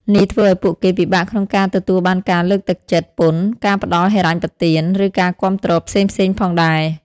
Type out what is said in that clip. នេះធ្វើឱ្យពួកគេពិបាកក្នុងការទទួលបានការលើកទឹកចិត្តពន្ធ ការផ្តល់ហិរញ្ញប្បទាន ឬការគាំទ្រផ្សេងៗផងដែរ ។